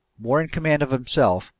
more in command of himself,